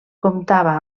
comptava